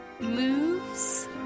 moves